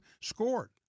scored